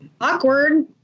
Awkward